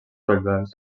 collverds